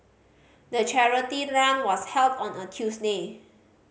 the charity run was held on a Tuesday